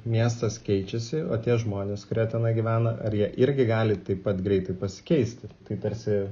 miestas keičiasi o tie žmonės kurie tenai gyvena ar jie irgi gali taip pat greitai pasikeisti tai tarsi